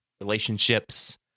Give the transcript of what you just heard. relationships